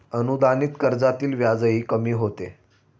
अनुदानित कर्जातील व्याजही कमी होते